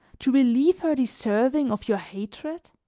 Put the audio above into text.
to believe her deserving of your hatred?